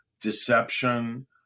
deception